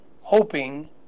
hoping